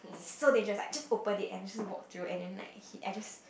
so they just like just open it and just walk through and then like he I just